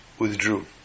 withdrew